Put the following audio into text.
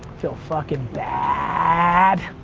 feel fucking bad.